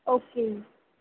okay ਜੀ